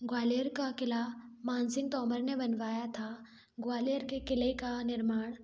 ग्वालियर का किला मानसिंह तोमर ने बनवाया था ग्वालियर के किले का निर्माण